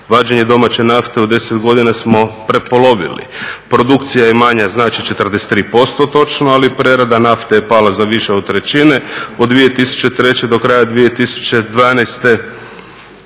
vađenje domaće nafte u 10 godina smo prepolovili, produkcija je manja znači 43% točno, ali prerada nafte je pala za više od trećine od 2003. do kraja 2012.,